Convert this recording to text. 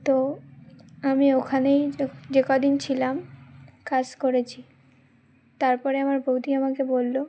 তো আমি ওখানেই যে কদিন ছিলাম কাজ করেছি তার পরে আমার বৌদি আমাকে বলল